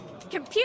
Computer